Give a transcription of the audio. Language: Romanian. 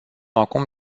acum